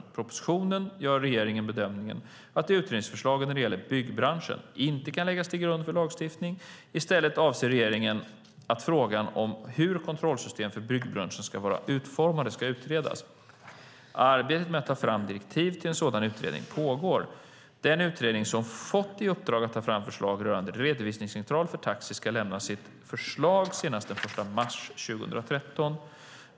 I propositionen gör regeringen bedömningen att utredningsförslagen när det gäller byggbranschen inte kan läggas till grund för lagstiftning. I stället anser regeringen att frågan om hur ett kontrollsystem för byggbranschen ska vara utformat ska utredas. Arbetet med att ta fram direktiv till en sådan utredning pågår. Den utredning som fått i uppdrag att ta fram ett förslag rörande redovisningscentraler för taxi ska lämna sitt förslag senast den 1 mars 2013.